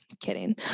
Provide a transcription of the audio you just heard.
Kidding